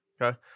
Okay